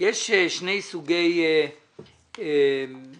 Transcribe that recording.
שני סוגי כיבוד.